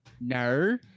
No